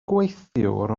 gweithiwr